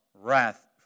wrath